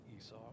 Esau